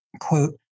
quote